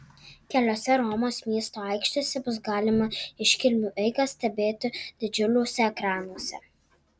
keliose romos miesto aikštėse bus galima iškilmių eigą stebėti didžiuliuose ekranuose